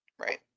Right